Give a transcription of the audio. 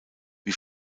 wie